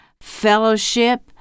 fellowship